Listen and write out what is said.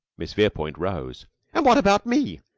miss verepoint rose. and what about me?